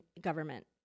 government